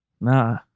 nah